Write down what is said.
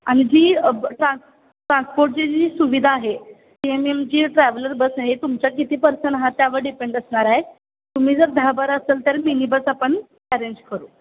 आणि जी ट्रान्स ट्रान्सपोर्टची जी सुविधा आहे ते आम्ही आमची ट्रॅव्हलर बस आहे तुमच्या किती पर्सन आहात त्यावर डिपेंड असणार आहे तुम्ही जर दहा बार असेल तर मिनी बस आपण अरेंज करू